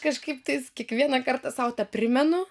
kažkaip tai kiekvieną kartą sau tą primenu